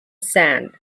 sand